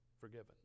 forgiven